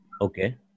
Okay